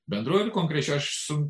bendroji ir konkrečioji aš